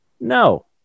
No